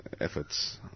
efforts